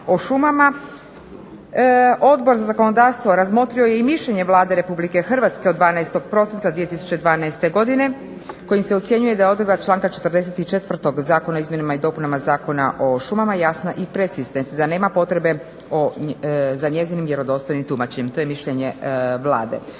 Odbor za zakonodavstvo razmotrio je i mišljenje Vlade Republike Hrvatske od 12. prosinca 2012. godine kojim se ocjenjuje da je odredba članka 44. Zakona o izmjenama i dopunama Zakona o šumama jasna i precizna i da nema potrebe za njezinim vjerodostojnim tumačenjem. To je mišljenje Vlade.